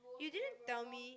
you didn't tell me